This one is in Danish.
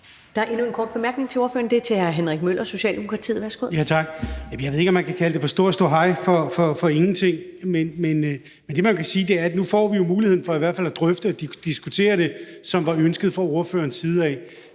Der er endnu en kort bemærkning til ordføreren, og det er fra hr. Henrik Møller, Socialdemokratiet. Værsgo. Kl. 13:31 Henrik Møller (S): Tak. Jeg ved ikke, om man kan kalde det for stor ståhej for ingenting. Men det, man jo kan sige, er, at nu får vi muligheden for i hvert fald at drøfte og diskutere det, hvilket var ønsket fra ordførerens side.